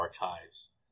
archives